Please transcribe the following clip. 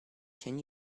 can